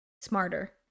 smarter